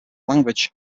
language